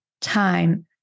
time